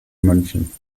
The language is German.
münchen